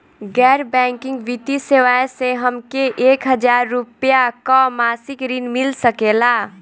गैर बैंकिंग वित्तीय सेवाएं से हमके एक हज़ार रुपया क मासिक ऋण मिल सकेला?